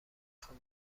خوام